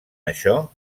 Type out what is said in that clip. això